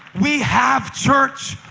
we have, church,